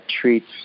treats